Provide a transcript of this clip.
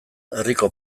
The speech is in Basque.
herriko